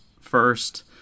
first